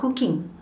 cooking